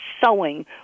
sewing